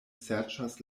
serĉas